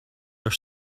are